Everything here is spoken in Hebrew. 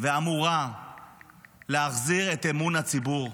ואמורה להחזיר את אמון הציבור.